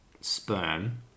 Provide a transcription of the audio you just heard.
sperm